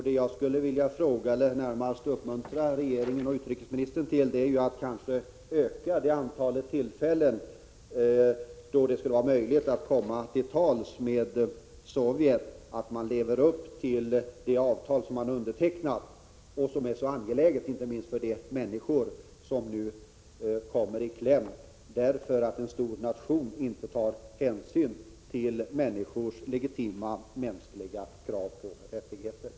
Det jag skulle vilja uppmuntra regeringen och utrikesministern till är att kanske öka det antal tillfällen då det kan vara möjligt att komma till tals med Sovjetunionen beträffande att man skall leva upp till de avtal som man har undertecknat, vilket är så angeläget inte minst för de människor som nu kommer i kläm därför att en stor nation inte tar hänsyn till människors legitima mänskliga krav och rättigheter.